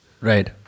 Right